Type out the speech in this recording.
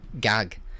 gag